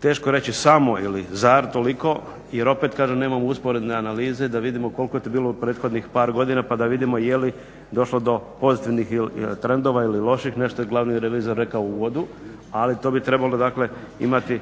Teško je reći samo ili zar toliko, jer opet kažem nemamo usporedne analize da vidimo koliko je to bilo u prethodnih par godina, pa da vidimo je li došlo do pozitivnih trendova ili loših. Nešto je glavni revizor rekao u uvodu, ali to bi trebalo dakle imati